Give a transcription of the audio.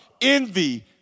envy